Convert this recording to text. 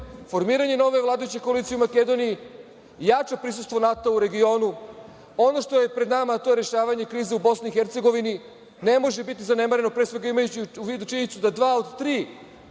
formiranje nove vladajuće koalicije u Makedoniji i jače prisustvo NATO-a u regionu. Ono što je pred nama, to je rešavanje krize u Bosni i Hercegovini, ne može biti zanemareno, pre svega imajući u vidu činjenicu da dva od tri